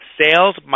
sales